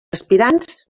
aspirants